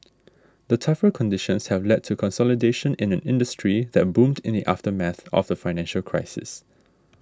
the tougher conditions have led to consolidation in an industry that boomed in the aftermath of the financial crisis